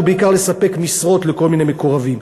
הוא בעיקר לספק משרות לכל מיני מקורבים.